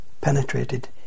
penetrated